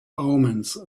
omens